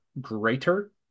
greater